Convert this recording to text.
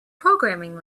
programming